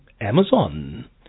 Amazon